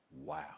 wow